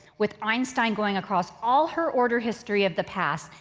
with einstein going across all her order history of the past,